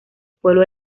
pueblo